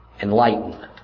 Enlightenment